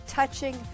Touching